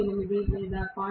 8 లేదా 0